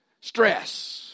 stress